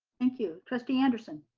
thank you, trustee anderson.